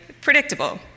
predictable